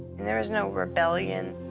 and there was no rebellion.